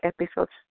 episodes